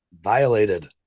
violated